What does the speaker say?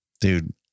Dude